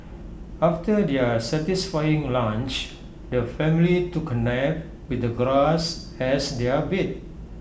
after their satisfying lunch the family took A nap with the grass as their bed